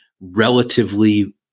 relatively